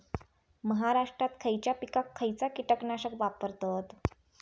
महाराष्ट्रात खयच्या पिकाक खयचा कीटकनाशक वापरतत?